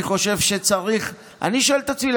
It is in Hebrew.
אני שואל את עצמי,